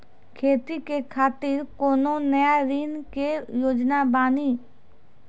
खेती के खातिर कोनो नया ऋण के योजना बानी?